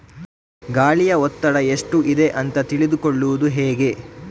ಗಾಳಿಯ ಒತ್ತಡ ಎಷ್ಟು ಇದೆ ಅಂತ ತಿಳಿದುಕೊಳ್ಳುವುದು ಹೇಗೆ?